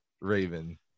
Raven